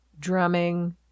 drumming